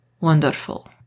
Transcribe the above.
Wonderful